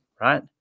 right